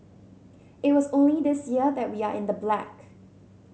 it was only this year that we are in the black